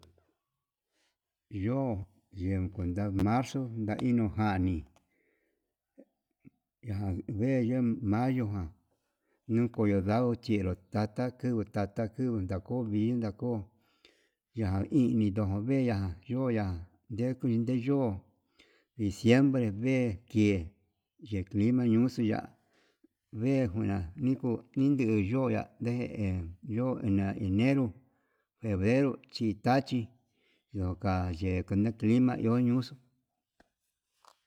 Yo'ó en kuenta marzo nga inuu jani najan yen mayo ján, ñii kondo ndau chinruu tata kingui ndata kingui ko vixna ko, ya'a ini noveya yoya yevixne yo'ó diciembre vie'e kie ye'e clima yuxu ya'a, nee nguna nikun yetu yoxua ndejen yo'ó ya'a enero febrerochi tachi yo'ó aine clima yo'ó yuxuu.